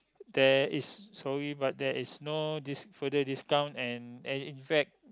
there is so you must there is no this further discount and and in fact